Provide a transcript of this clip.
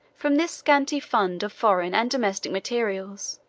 from this scanty fund of foreign and domestic materials,